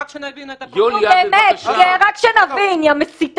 לא, רק שאנחנו נבין מה מותר